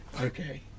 Okay